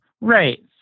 Right